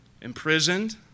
imprisoned